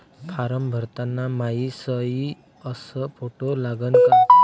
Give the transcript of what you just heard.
Form भरताना मायी सयी अस फोटो लागन का?